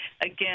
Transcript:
again